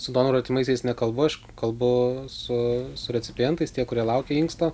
su donorų artimaisiais nekalbu aš kalbu su recipientais tie kurie laukia inksto